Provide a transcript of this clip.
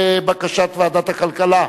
לבקשת ועדת הכלכלה,